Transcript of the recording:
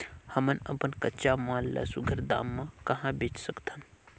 हमन अपन कच्चा माल ल सुघ्घर दाम म कहा बेच सकथन?